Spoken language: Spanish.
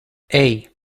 hey